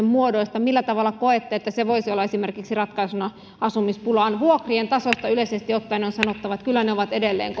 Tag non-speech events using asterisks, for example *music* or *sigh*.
*unintelligible* muodoista millä tavalla koette että esimerkiksi se voisi olla ratkaisuna asumispulaan vuokrien tasosta yleisesti ottaen on sanottava että kyllä ne ovat edelleen *unintelligible*